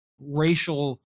racial